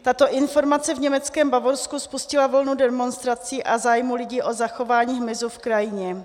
Tato informace v německém Bavorsku spustila vlnu demonstrací a zájmu lidí o zachování hmyzu v krajině.